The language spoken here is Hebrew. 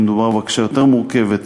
כשמדובר בבקשה יותר מורכבת,